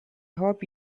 hope